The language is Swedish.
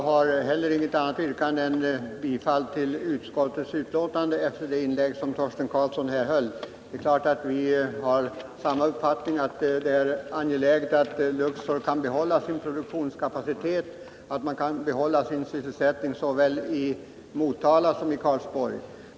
Herr talman! Jag vill i likhet med Torsten Karlsson yrka bifall till utskottets hemställan. Vi har samma uppfattning, att det är angeläget att Luxor kan behålla sin produktionskapacitet och sin sysselsättning såväl i Motala som i Karlsborg.